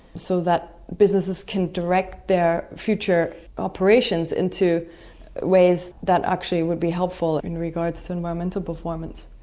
so that businesses can direct their future operations into ways that actually would be helpful in regards to environmental performance.